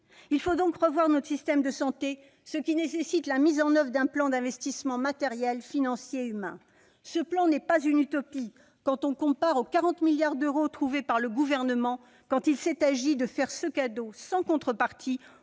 Il faut donc revoir notre système de santé, ce qui nécessite de mettre en oeuvre un plan d'investissement matériel, financier et humain. Ce plan n'est pas une utopie au regard des 40 milliards d'euros trouvés par le Gouvernement quand il s'est agi de faire ce cadeau, sans contrepartie,